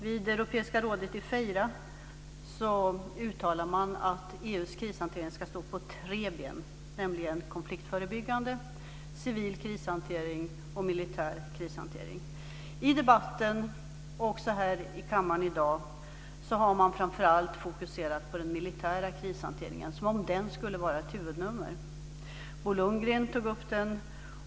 Vid Europeiska rådet i Feira uttalade man att EU:s krishantering ska stå på tre ben, nämligen konfliktförebyggande arbete, civil krishantering och militär krishantering. I debatten, också här i kammaren i dag, har man framför allt fokuserat på den militära krishanteringen, som om den skulle vara ett huvudnummer. Bo Lundgren tog upp den.